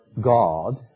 God